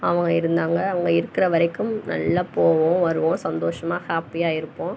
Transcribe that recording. அவங்க இருந்தாங்க அவங்க இருக்கிற வரைக்கும் நல்லா போவோம் வருவோம் சந்தோஷமாக ஹாப்பியாக இருப்போம்